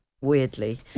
weirdly